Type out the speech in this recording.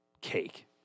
Cake